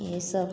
ये सब